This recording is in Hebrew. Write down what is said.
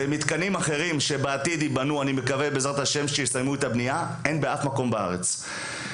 ומתקנים אחרים שבעתיד ייבנו אין באף מקום בארץ.